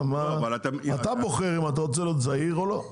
אתה בוחר אם אתה רוצה להיות זעיר או לא.